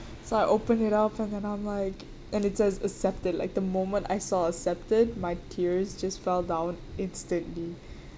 so I opened it up and then I'm like and it says accepted like the moment I saw accepted my tears just fell down instantly